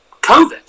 Covid